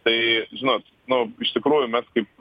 tai žinot nu iš tikrųjų mes kaip